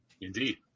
Indeed